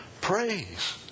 Praise